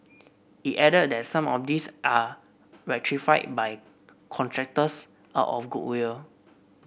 it added that some of these are rectified by contractors out of goodwill